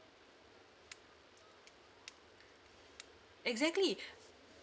exactly